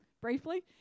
briefly